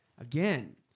again